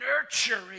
nurturing